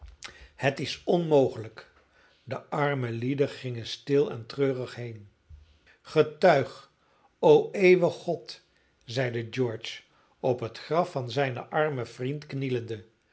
het is onmogelijk de arme lieden gingen stil en treurig heen getuig o eeuwig god zeide george op het graf van zijn armen vriend knielende